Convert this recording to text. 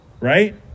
Right